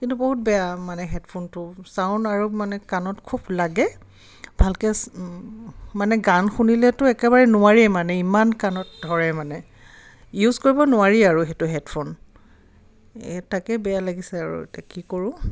কিন্তু বহুত বেয়া মানে হে'ডফোনটো চাউণ্ড আৰু মানে কাণত খুব লাগে ভালকৈ মানে গান শুনিলেতো একেবাৰে নোৱাৰিয়ে মানে ইমান কাণত ধৰে মানে ইউজ কৰিব নোৱাৰি আৰু সেইটো হে'ডফোন এই তাকে বেয়া লাগিছে আৰু এতিয়া কি কৰোঁ